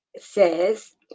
says